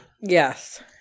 Yes